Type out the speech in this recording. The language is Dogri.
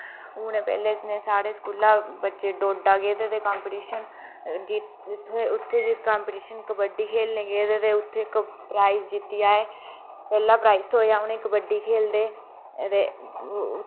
ते हून साढ़े स्कूला बच्चे डोडा गेदे हे कंपीटिशन उत्थै कंपीटिशन कबड्डी खेलने गी गेदे ते प्राईज़ जित्ती आए पैह्ला प्राईज़ थ्होआ उ'नेंगी कबड्डी खेल्लदे ते